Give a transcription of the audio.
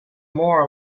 more